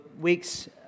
weeks